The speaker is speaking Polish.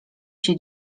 się